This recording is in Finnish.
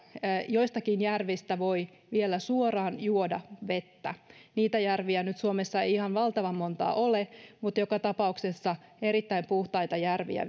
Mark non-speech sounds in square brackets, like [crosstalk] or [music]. joistakin järvistä voi vielä suoraan juoda vettä niitä järviä nyt ei suomessa ihan valtavan monta ole mutta joka tapauksessa erittäin puhtaita järviä [unintelligible]